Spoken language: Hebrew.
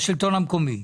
השלטון המקומי.